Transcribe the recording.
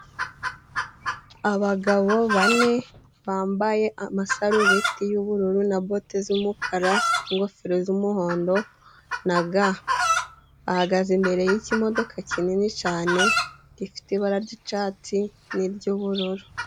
Abagabo bane, bambaye amasarubeti y'ubururu, na bote z'umukara, n'ingofero z'umuhondo, na ga. Bahagaze imbere y'ikimodoka kinini cyane gifite ibara ry'icyatsi, n'iry'ubururu.